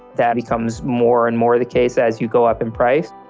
that becomes more and more the case as you go up in price.